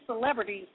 celebrities